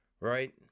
right